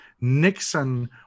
Nixon